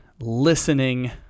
listening